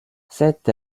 cette